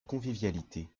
convivialité